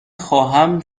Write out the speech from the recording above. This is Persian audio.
خواهم